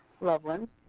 Loveland